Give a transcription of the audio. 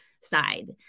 side